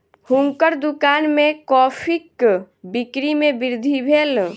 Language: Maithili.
हुनकर दुकान में कॉफ़ीक बिक्री में वृद्धि भेल